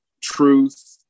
truth